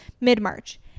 mid-March